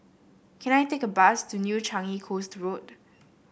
can I take a bus to New Changi Coast Road